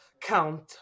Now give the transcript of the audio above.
Count